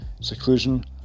seclusion